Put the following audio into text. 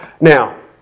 Now